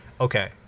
Okay